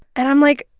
and i'm like,